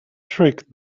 trick